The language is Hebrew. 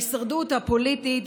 בהישרדות הפוליטית,